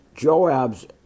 Joab's